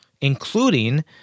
including